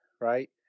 right